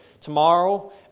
tomorrow